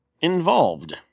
involved